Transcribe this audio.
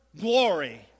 glory